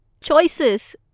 choices